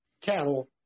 cattle